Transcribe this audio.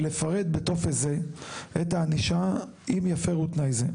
ולפרט בטופס זה את הענישה אם יפרו תנאי זה.